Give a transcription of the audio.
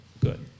good